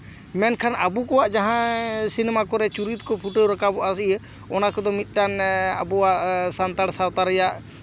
ᱢᱮᱱᱠᱷᱟᱱ ᱟᱵᱚ ᱠᱚᱣᱟᱜ ᱡᱟᱦᱟᱸ ᱥᱤᱱᱮᱢᱟ ᱠᱚᱨᱮ ᱪᱩᱨᱤᱛ ᱠᱚ ᱯᱷᱩᱴᱟᱹᱣ ᱨᱟᱠᱟᱵᱚᱜᱼᱟ ᱤᱭᱟᱹ ᱚᱱᱟ ᱠᱚᱫᱚ ᱢᱤᱫᱴᱟᱱ ᱟᱵᱚᱣᱟᱜ ᱥᱟᱱᱛᱟᱲ ᱥᱟᱶᱛᱟ ᱨᱮᱭᱟᱜ